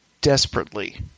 desperately